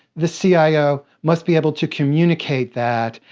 the so cio must be able to communicate that.